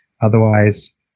Otherwise